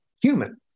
human